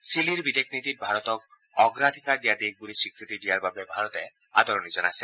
চিলিৰ বিদেশ নীতিত ভাৰতক অগ্ৰাধিকাৰ দিয়া দেশ বুলি স্পীকৃতি দিয়াৰ বাবে ভাৰতে আদৰণি জনাইছে